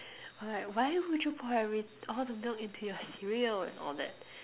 were like why would you pour every all the milk into your cereal and all that